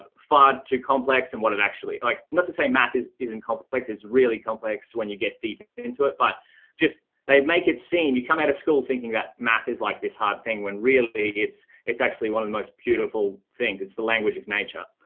far too complex and what it actually like not to say math is isn't complex is really complex when you get deep into it, but just they make it seem you come out of school thinking that math is like this hard thing. when really, it's, it's actually one of the most beautiful things. it's the language of nature.